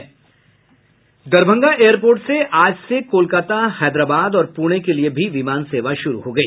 Darbhanga airport से आज से कोलकाता हैदराबाद और पूणे के लिए भी विमान सेवा शुरू हो गई